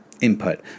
input